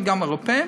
גם האירופים,